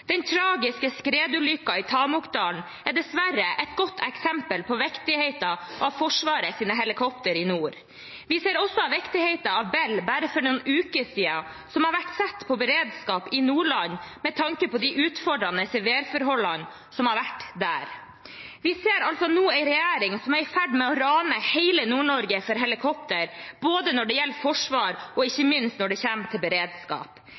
Den tragiske skredulykken i Tamokdalen er dessverre et godt eksempel på viktigheten av Forsvarets helikopter i nord. Vi så viktigheten av Bell for bare noen uker siden, og vi har sett viktigheten av beredskap i Nordland med tanke på de utfordrende værforholdene som har vært der. Vi ser nå en regjering som er i ferd med å rane hele Nord-Norge for helikopter, både når det gjelder Forsvaret, og ikke minst når det gjelder beredskap.